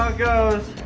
goes.